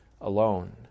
alone